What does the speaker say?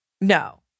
No